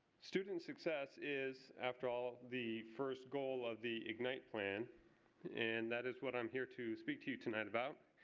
student success is, after all, the first goal of the ignite plan and that is what i'm here to speak to you tonight about.